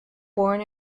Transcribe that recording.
born